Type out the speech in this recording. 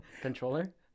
controller